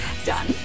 done